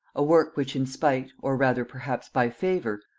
a work which in despite, or rather perhaps by favor,